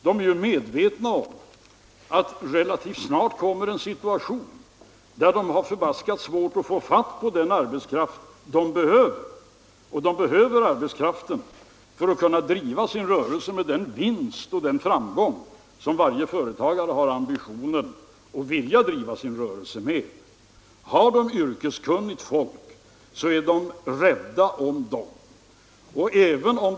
Därför att de är medvetna om att det relativt snart kommer en situation där de har förfärligt svårt att få fatt på den arbetskraft de behöver — och de behöver arbetskraften för att kunna driva sin rörelse med den vinst och den framgång som varje företagare har ambitionen att driva sin rörelse med. Har de yrkeskunniga anställda är de rädda om dem.